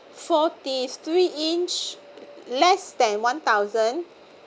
forty three inch less than one thousand